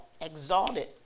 exalted